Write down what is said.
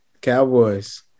Cowboys